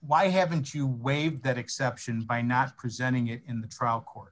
why haven't you waive that exception by not presenting it in the trial court